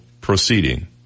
proceeding